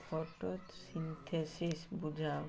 photo synthesis ବୁଝାଅ